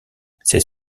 c’est